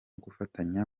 gufatanya